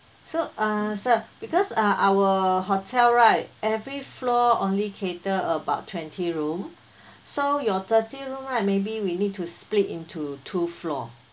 so uh sir because uh our hotel right every floor only cater about twenty room so your thirty room right maybe we need to split into two floor